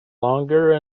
longer